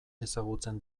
ezagutzen